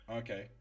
okay